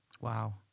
Wow